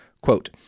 quote